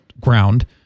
ground